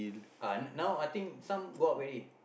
uh now I think some go up already